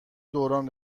دوران